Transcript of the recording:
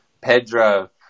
Pedro